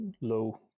low